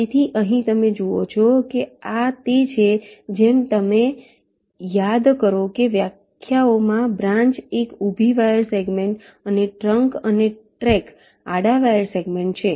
તેથી અહીં તમે જુઓ છો કે આ તે છે જેમ તમે યાદ કરો કે વ્યાખ્યાઓમાં બ્રાન્ચ એક ઊભી વાયર સેગમેન્ટ છે અને ટ્રંક અને ટ્રેક આડા વાયર સેગમેન્ટ છે